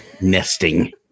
nesting